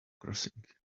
crossing